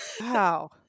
wow